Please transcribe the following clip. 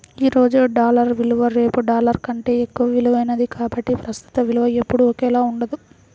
ఈ రోజు డాలర్ విలువ రేపు డాలర్ కంటే ఎక్కువ విలువైనది కాబట్టి ప్రస్తుత విలువ ఎప్పుడూ ఒకేలా ఉండదు